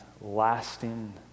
lasting